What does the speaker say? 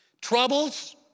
Troubles